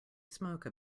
smoke